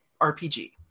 RPG